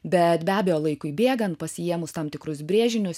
bet be abejo laikui bėgant pasiėmus tam tikrus brėžinius